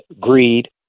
greed